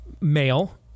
male